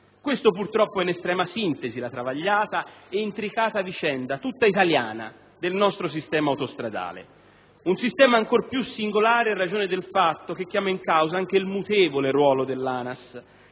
Questa purtroppo è, in estrema sintesi, la travagliata e intricata vicenda, tutta italiana, del nostro sistema autostradale. Una situazione ancor più singolare in ragione del fatto che chiama in causa anche il mutevole ruolo dell'ANAS,